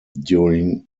during